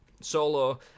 Solo